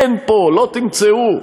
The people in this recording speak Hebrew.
אין פה, לא תמצאו.